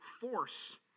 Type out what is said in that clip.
force